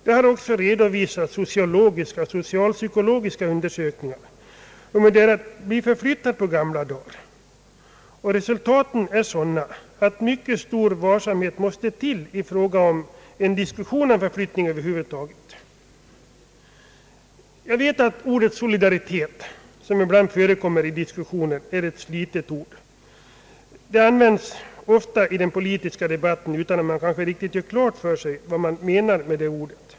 Man har även redovisat sociologiska och socialpsykologiska undersökningar om problemen kring förflyttningen av gamla människor, och resultaten har visat att mycket stor varsamhet måste iakttas vid en diskussion av förflyttning över huvud taget. Jag vet att ordet solidaritet som ibland förekommer i diskussioner är ett slitet ord. Det används ofta i den politiska debatten utan att man riktigt gör klart för sig vad man menar med det ordet.